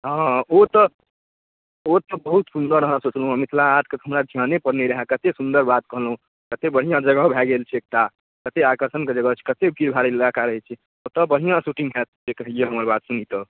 हँ हँ ओ तऽ ओ तऽ बहुत सुन्दर अहाँ सोचलहुँ हँ मिथिला हाटके तऽ हमरा धिआनेपर नहि रहै कतेक सुन्दर बात कहलहुँ कतेक बढ़िआँ जगह भऽ गेल छै एकटा कतेक आकर्षणके जगह छै कतेक भीड़भाड़वला इलाका रहै छै ओतऽ बढ़िआँ शूटिङ्ग हैत जे कहिए हमर बात सुनी तऽ